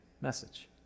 message